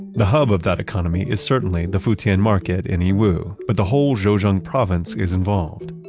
the hub of that economy is certainly the futian and market in yiwu, but the whole zhejiang province is involved.